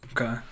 Okay